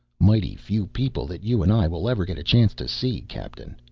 mighty few people that you and i will ever get a chance to see, captain.